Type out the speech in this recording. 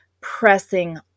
pressing